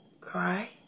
cry